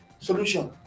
solution